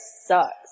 sucks